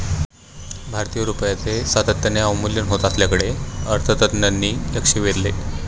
भारतीय रुपयाचे सातत्याने अवमूल्यन होत असल्याकडे अर्थतज्ज्ञांनी लक्ष वेधले